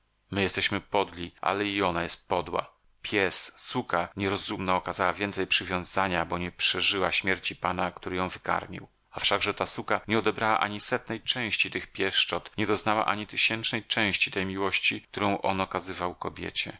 my jesteśmy podli ale i ona jest podła pies suka nierozumna okazała więcej przywiązania bo nie przeżyła śmierci pana który ją wykarmił a wszakże ta suka nie odebrała ani setnej części tych pieszczot nie doznała ani tysiącznej części tej miłości którą on okazywał kobiecie